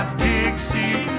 dixie